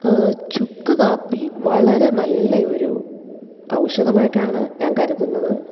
ചുക്കു കാപ്പി വളരെ നല്ല ഒരു ഔഷധമായിട്ടാണ് ഞാൻ കരുതുന്നത്